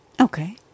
Okay